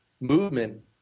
movement